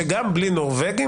שגם בלי נורבגים,